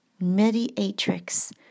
mediatrix